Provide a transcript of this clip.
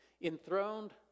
enthroned